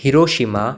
Hiroshima